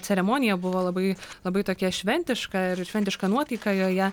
ceremonija buvo labai labai tokia šventiška ir šventiška nuotaika joje